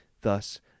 Thus